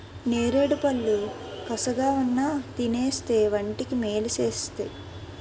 నేరేడుపళ్ళు కసగావున్నా తినేస్తే వంటికి మేలు సేస్తేయ్